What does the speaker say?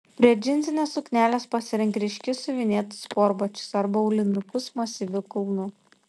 prie džinsinės suknelės pasirink ryškius siuvinėtus sportbačius arba aulinukus masyviu kulnu